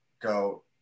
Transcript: go